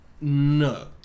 no